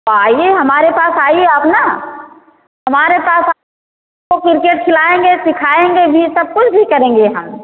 तो आइए हमारे पास आइए आप ना हमारे पास आ तो किरकेट खिलाएंगे सिखाएंगे भी सब कुछ भी करेंगे हम